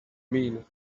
mean